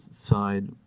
side